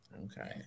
Okay